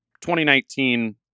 2019